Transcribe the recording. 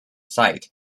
site